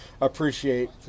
appreciate